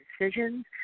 decisions